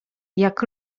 jak